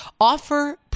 offer